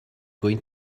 going